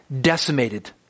decimated